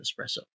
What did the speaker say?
espresso